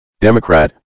Democrat